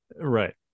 Right